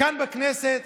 כאן בכנסת,